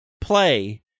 play